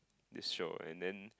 this show and then